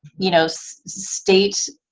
you know, state